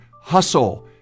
hustle